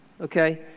Okay